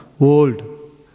old